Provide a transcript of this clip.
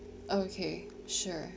okay sure